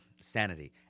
sanity